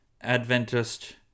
Adventist